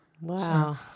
wow